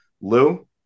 Lou